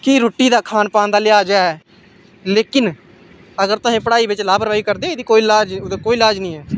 कि रुट्टी दा खान पान दा लिहाज ऐ लेकिन अगर तुस पढ़ाई बिच्च लापरवाही करदे ओ कोई लेहाज ओह्दा कोई लेहाज निं ऐ